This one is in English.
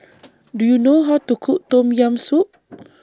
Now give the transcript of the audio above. Do YOU know How to Cook Tom Yam Soup